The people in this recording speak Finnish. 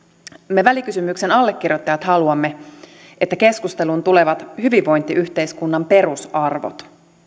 me välikysymyksen allekirjoittajat haluamme että keskusteluun tulevat hyvinvointiyhteiskunnan perusarvot